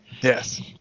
Yes